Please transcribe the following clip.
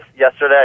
yesterday